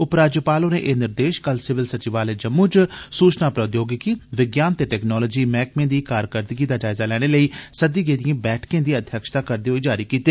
उपराज्यपाल होरें एह् निर्देश कल सिविल सचिवालय जम्मू च सूचना प्रोद्योगिकी विज्ञान ते टेकनालोजी मैह्कमें दी कारकरदगी दा जायजा लैने लेई सद्दी गेदिएं बैठकें दी ध्यक्षता करदे होई जारी कीते